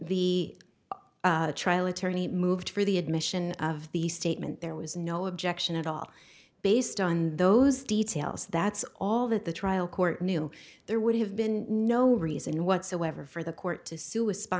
the trial attorney moved for the admission of the statement there was no objection at all based on those details that's all that the trial court knew there would have been no reason whatsoever for the court to su